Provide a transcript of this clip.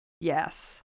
yes